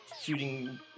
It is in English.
shooting